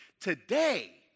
Today